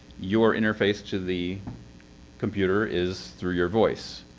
your interface to the computer is through your voice.